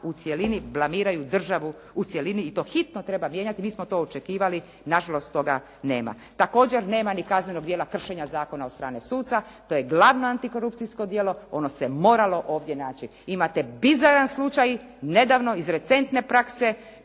u cjelini, blamiraju državu u cjelini i to hitno treba mijenjati. Mi smo to očekivali. Nažalost, toga nema. Također nema ni kaznenog djela kršenja zakona od strane suca. To je glavno antikorupcijsko djelo, ono se moralo ovdje naći. Imate bizaran slučaj nedavno iz recentne prakse.